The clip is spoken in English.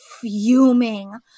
fuming